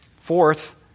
Fourth